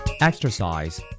Exercise